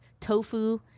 tofu